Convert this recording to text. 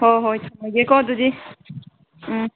ꯍꯣꯏ ꯍꯣꯏ ꯊꯝꯂꯒꯦꯀꯣ ꯑꯗꯨꯗꯤ ꯎꯝ